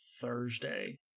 Thursday